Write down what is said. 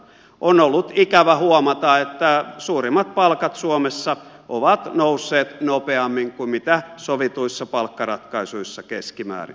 on ollut ikävä huomata että suurimmat palkat suomessa ovat nousseet nopeammin kuin sovituissa palkkaratkaisuissa keskimäärin